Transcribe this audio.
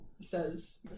says